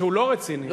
לא רציני?